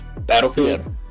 battlefield